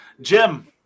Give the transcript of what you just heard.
jim